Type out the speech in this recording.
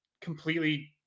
completely